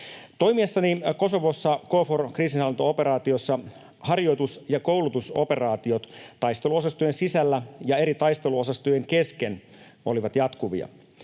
Toimiessani Kosovossa KFOR-kriisinhallintaoperaatiossa harjoitus- ja koulutusoperaatiot taisteluosastojen sisällä ja eri taisteluosastojen kesken olivat jatkuvia.